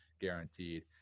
guaranteed